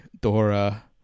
Dora